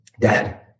dad